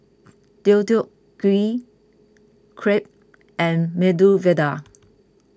Deodeok Gui Crepe and Medu Vada